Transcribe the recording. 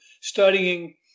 studying